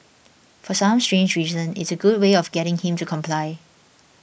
for some strange reason it's a good way of getting him to comply